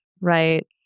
Right